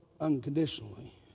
unconditionally